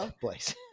place